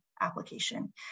application